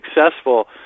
successful